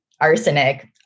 arsenic